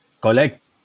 collect